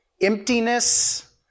emptiness